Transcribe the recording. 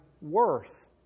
worth